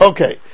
Okay